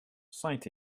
saint